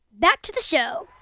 back to the show